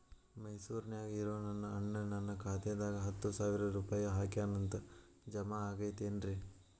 ಮೈಸೂರ್ ನ್ಯಾಗ್ ಇರೋ ನನ್ನ ಅಣ್ಣ ನನ್ನ ಖಾತೆದಾಗ್ ಹತ್ತು ಸಾವಿರ ರೂಪಾಯಿ ಹಾಕ್ಯಾನ್ ಅಂತ, ಜಮಾ ಆಗೈತೇನ್ರೇ?